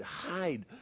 hide